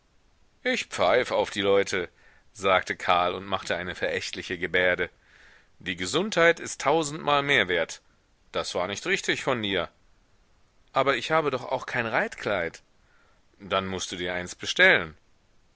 ich pfeif auf die leute sagte karl und machte eine verächtliche gebärde die gesundheit ist tausendmal mehr wert das war nicht richtig von dir aber ich habe doch auch kein reitkleid dann mußt du dir eins bestellen